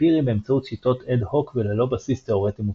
אמפירי באמצעות שיטות אד הוק וללא בסיס תאורטי מוצק.